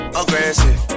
aggressive